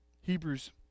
Hebrews